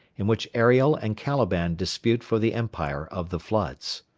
in which ariel and caliban dispute for the empire of the floods.